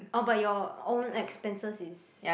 orh but your own expenses is